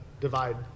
divide